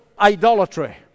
idolatry